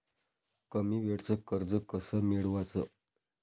कमी वेळचं कर्ज कस मिळवाचं?